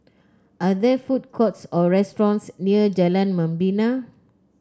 are there food courts or restaurants near Jalan Membina